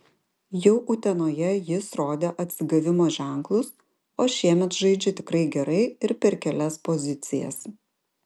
jau utenoje jis rodė atsigavimo ženklus o šiemet žaidžia tikrai gerai ir per kelias pozicijas